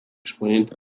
explained